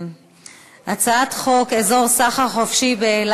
זה בהסכמה, מה זה